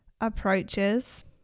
approaches